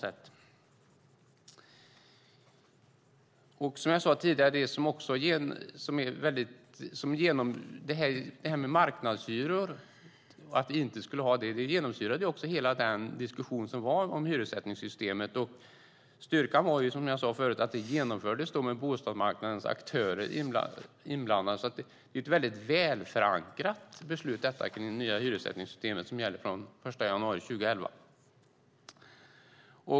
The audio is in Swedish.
Detta med att vi inte skulle ha marknadshyror genomsyrade också hela diskussionen om hyressättningssystemet. Styrkan var, som jag sade förut, att det genomfördes med bostadsmarknadens aktörer inblandade. Detta med det nya hyressättningssystemet är alltså ett väldigt välförankrat beslut som gäller från 1 januari 2011.